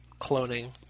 cloning